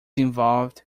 involved